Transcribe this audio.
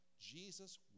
Jesus